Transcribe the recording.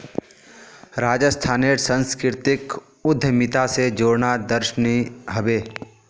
राजस्थानेर संस्कृतिक उद्यमिता स जोड़ना दर्शनीय ह बे